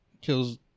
kills